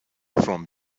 from